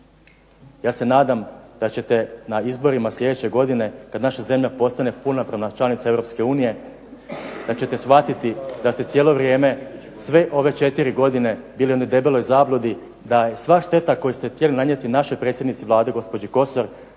Ja se nadam da ćete na izborima sljedeće godine kad naša zemlja postane punopravna članica EU, da ćete shvatiti da ste cijelo vrijeme sve ove 4 godine bili u jednoj debeloj zabludi da je sva šteta koju ste htjeli nanijeti našoj predsjednici Vlade gospođi Kosor,